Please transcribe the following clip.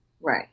Right